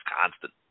constant